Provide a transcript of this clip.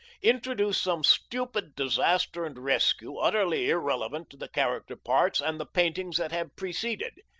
introduce some stupid disaster and rescue utterly irrelevant to the character-parts and the paintings that have preceded.